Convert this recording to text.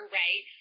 right